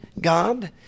God